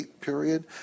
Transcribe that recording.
period